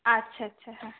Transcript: আচ্ছা আচ্ছা হ্যাঁ